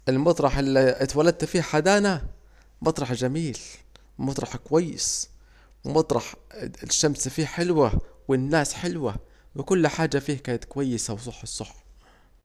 المطرح الي اتولدت فيه حدانا مطرح جميل مطرح كويس مطرح الشمس فيه حلوة والناس فيه حلوة وكل حاجة كانت كويسة وصح الصح